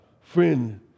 friend